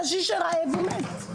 קשיש שרעב הוא מת.